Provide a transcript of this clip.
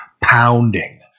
pounding